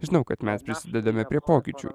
žinau kad mes prisidedame prie pokyčių